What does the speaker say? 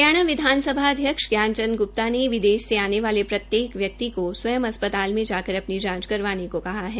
हरियाणा विधानसभा अध्यक्ष ज्ञान चंद ग्प्ता ने विदेश से आने वाले प्रत्येक व्यक्ति को स्वयं अस्पताल में जकार अपनी जांच करवाने को कहा है